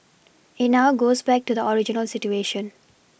it now goes back to the original situation